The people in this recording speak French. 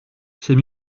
c’est